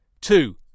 Two